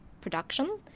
production